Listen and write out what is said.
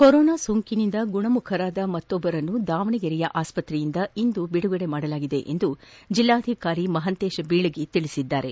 corona ಸೋಂಕಿನಿಂದ ಗುಣಮುಖರಾದ ಮತ್ತೊಬ್ಲರನ್ನು ದಾವಣಗೆರೆಯ ಆಸ್ತತೆಯಿಂದ ಇಂದು ಬಿಡುಗಡೆ ಮಾಡಲಾಗಿದೆ ಎಂದು ಜಿಲ್ಲಾಧಿಕಾರಿ ಮಹಾಂತೇಶ ಬೀಳಗಿ ತಿಳಿಸಿದ್ದಾರೆ